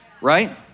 right